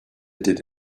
did